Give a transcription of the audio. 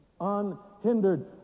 Unhindered